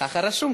ככה רשום.